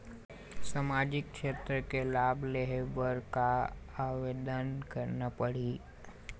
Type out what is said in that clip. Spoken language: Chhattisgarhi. सामाजिक क्षेत्र के लाभ लेहे बर का आवेदन करना पड़ही?